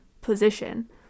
position